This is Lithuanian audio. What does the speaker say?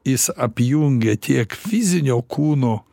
jis apjungia tiek fizinio kūno